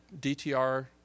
DTR